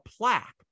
plaque